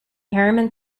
harriman